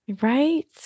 right